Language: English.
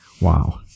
Wow